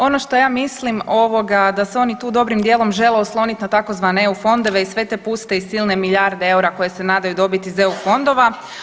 Ono što ja mislim ovoga, da se oni tu dobrim dijelom žele osloniti na tzv. EU fondove i sve te puste i silne milijarde eura koji se nadaju dobiti iz EU fondova.